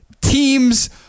teams